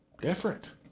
different